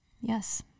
Yes